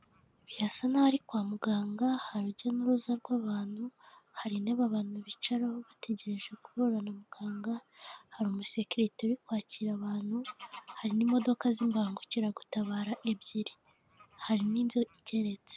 Birasa n'aho ari kwa muganga, hari urujya n'uruza rw'abantu, hari intebe abantu bicaraho bategereje guhura na muganga, hari umusekirite uri kwakira abantu, hari n'imodoka z'imbangukiragutabara ebyiri, hari n'inzu igeretse.